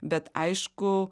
bet aišku